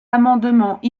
amendements